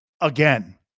again